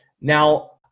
Now